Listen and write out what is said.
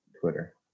Twitter